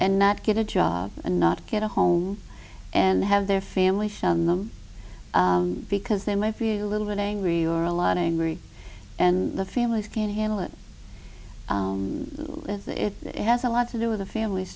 and not get a job and not get a home and have their family show on them because they may feel a little bit angry or a lot angry and the families can't handle it with it it has a lot to do with the families